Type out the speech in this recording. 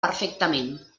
perfectament